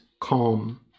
calm